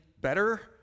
better